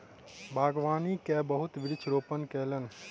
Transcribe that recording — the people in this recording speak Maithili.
बागवानी कय के बहुत वृक्ष रोपण कयलैन